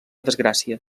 desgràcia